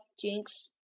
drinks